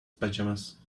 pajamas